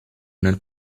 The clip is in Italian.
nel